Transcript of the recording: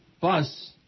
bus